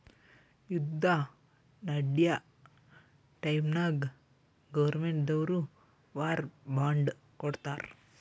ಯುದ್ದ ನಡ್ಯಾ ಟೈಮ್ನಾಗ್ ಗೌರ್ಮೆಂಟ್ ದವ್ರು ವಾರ್ ಬಾಂಡ್ ಕೊಡ್ತಾರ್